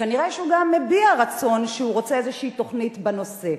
כנראה שהוא גם מביע רצון לראות איזה תוכנית בנושא.